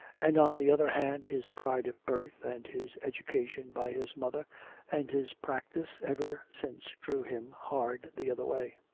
and on the other hand his pride of birth and his education by his mother and his practice ever since drew him hard the other way.